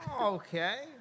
Okay